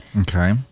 Okay